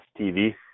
TV